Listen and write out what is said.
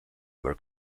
were